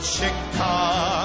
Chicago